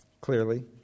clearly